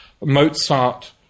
Mozart